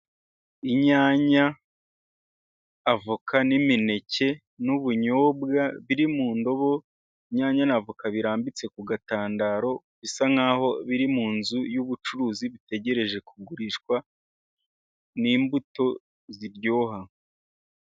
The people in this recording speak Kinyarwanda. Inyanya ,avoka n'imineke n'ubunyobwa biri mu ndobo. Inyanya n'avoka birambitse ku gatandaro bisa nk'aho biri mu nzu y'ubucuruzi bitegereje kugurishwa . Ni imbuto ziryoha.